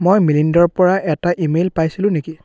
মই মিলিন্দৰ পৰা এটা ইমেইল পাইছিলোঁ নেকি